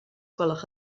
gwelwch